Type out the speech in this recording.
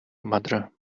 mother